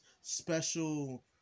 special